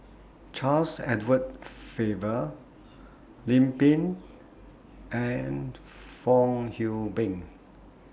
Charles Edward Faber Lim Pin and Fong Hoe Beng